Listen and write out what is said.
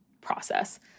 process